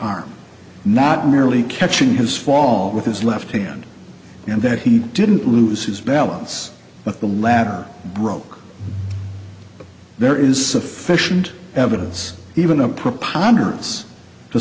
arm not merely catching his fault with his left hand and that he didn't lose his balance but the latter broke there is sufficient evidence even